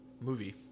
movie